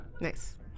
Nice